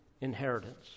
inheritance